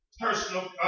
personal